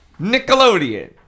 Nickelodeon